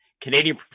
Canadian